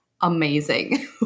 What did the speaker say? amazing